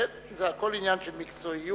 כן, זה הכול עניין של מקצועיות,